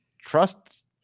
trust